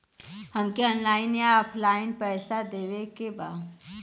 हमके ऑनलाइन या ऑफलाइन पैसा देवे के बा?